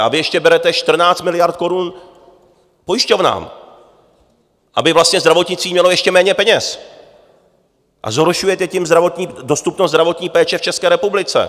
A vy ještě berete 14 miliard korun pojišťovnám, aby vlastně zdravotnictví mělo ještě méně peněz, a zhoršujete tím dostupnost zdravotní péče v České republice.